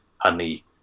honey